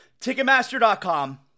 Ticketmaster.com